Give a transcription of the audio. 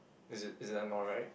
is it is it I'm not right